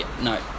No